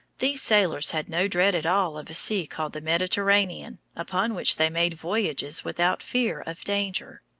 these sailors had no dread at all of a sea called the mediterranean, upon which they made voyages without fear of danger.